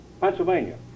Pennsylvania